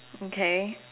okay